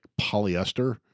polyester